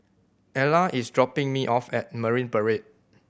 Ela is dropping me off at Marine Parade